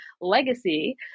legacy